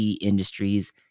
Industries